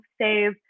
save